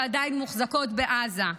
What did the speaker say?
שעדיין מוחזקות בעזה.